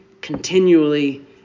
continually